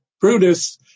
Brutus